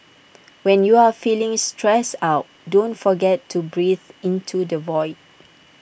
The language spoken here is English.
when you are feeling stressed out don't forget to breathe into the void